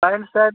pant shirt